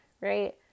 right